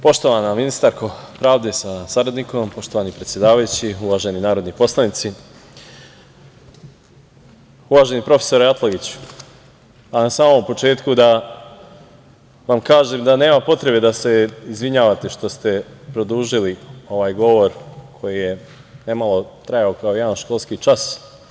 Poštovana ministarko pravde sa saradnikom, poštovani predsedavajući, uvaženi narodni poslanici, uvaženi profesore Atlagiću, na samom početku da vam kažem da nema potrebe da se izvinjavate što ste produžili ovaj govor koji je trajao kao jedan školski čas.